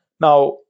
Now